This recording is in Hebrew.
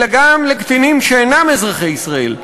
אלא גם לקטינים שאינם אזרחי ישראל,